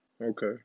Okay